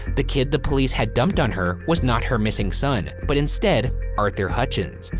the kid the police had dumped on her was not her missing son, but instead arthur hutchins.